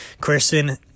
Kristen